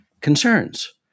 concerns